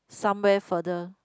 somewhere further